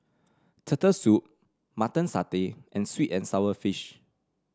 Turtle Soup Mutton Satay and sweet and sour fish